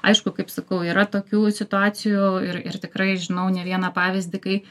aišku kaip sakau yra tokių situacijų ir ir tikrai žinau ne vieną pavyzdį kai